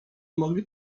mogli